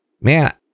man